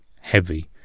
heavy